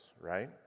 right